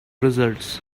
results